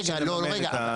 רגע, רגע.